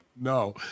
No